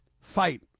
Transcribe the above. fight